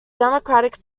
democratic